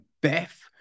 Beth